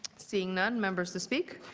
seeing none, members to speak?